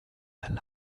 alive